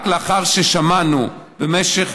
רק לאחר ששמענו, במשך